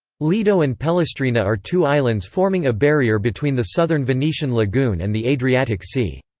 lido and pellestrina are two islands forming a barrier between the southern venetian lagoon and the adriatic sea.